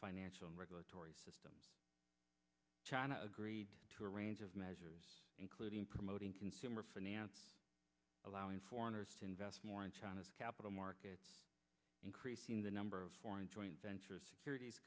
financial regulatory system china agreed to a range of measures including promoting consumer finance allowing foreigners to invest more in china's capital markets increasing the number of foreign joint venture